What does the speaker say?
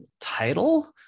title